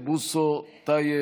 כלכלת ישראל (תיקוני חקיקה להשגת יעדי